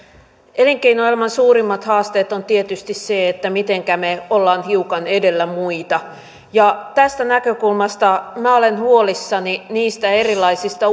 elinkeinoelämän suurimpia haasteita on tietysti se mitenkä me olemme hiukan edellä muita ja tästä näkökulmasta minä olen huolissani niistä erilaisista